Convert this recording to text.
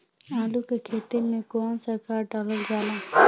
आलू के खेती में कवन सा खाद डालल जाला?